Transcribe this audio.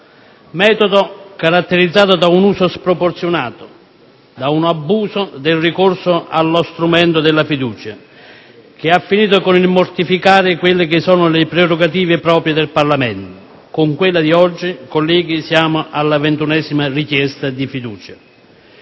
stato caratterizzato da un uso sproporzionato e da un abuso del ricorso allo strumento della fiducia, che ha finito con il mortificare le prerogative proprie del Parlamento. Con quella di oggi, colleghi, siamo, alla ventunesima richiesta di fiducia.